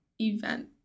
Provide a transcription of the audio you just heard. event